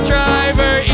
Driver